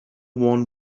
one